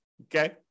okay